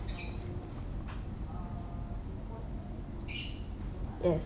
yeah